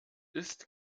ist